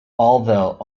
although